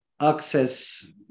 access